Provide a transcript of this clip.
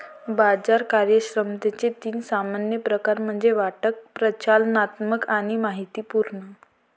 बाजार कार्यक्षमतेचे तीन सामान्य प्रकार म्हणजे वाटप, प्रचालनात्मक आणि माहितीपूर्ण